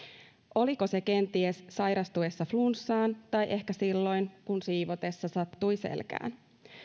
oliko se kenties sairastuessa flunssaan tai ehkä silloin kun siivotessa sattui selkään